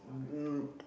hmm